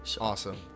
Awesome